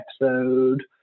episode